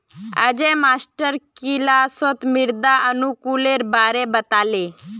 अयेज मास्टर किलासत मृदा अनुकूलेर बारे बता ले